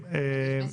עו"ד